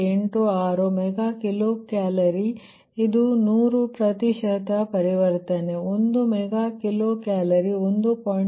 86 mega kilo calorie ಇದು 100 ಪ್ರತಿಶತ ಪರಿವರ್ತನೆ ಒಂದು ಮೆಗಾ ಕಿಲೋ ಕ್ಯಾಲೋರಿ 1